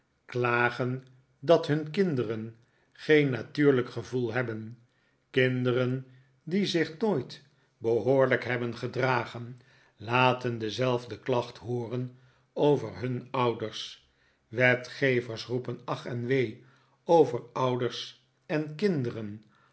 klagen dat nun kinderen geen natuurlijk gevoel hebben kinderen die zich nooit behoorlijk hebben gedragen laten dezelfde klacht hooren over hun ouders wetgevers roepen ach en wee over ouders en kinderen